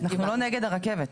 אנחנו לא נגד הרכבת.